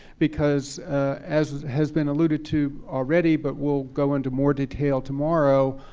because as has been alluded to already, but we'll go into more detail tomorrow,